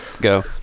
go